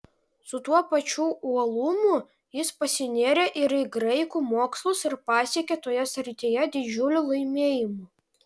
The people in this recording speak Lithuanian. su tuo pačiu uolumu jis pasinėrė ir į graikų mokslus ir pasiekė toje srityje didžiulių laimėjimų